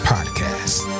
Podcast